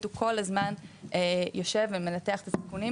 הוא כל הזמן יושב ומנתח את הנתונים,